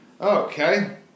Okay